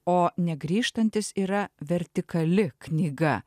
o negrįžtantys yra vertikali knyga